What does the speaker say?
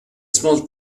small